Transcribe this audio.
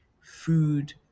food